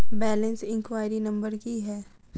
Balance inquiry number की है?